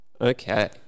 Okay